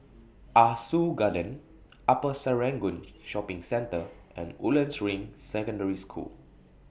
Ah Soo Garden Upper Serangoon Shopping Centre and Woodlands Ring Secondary School